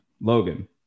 Logan